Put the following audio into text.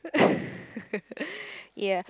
yeah